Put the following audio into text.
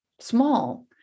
small